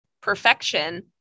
perfection